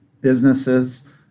businesses